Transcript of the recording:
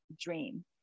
dream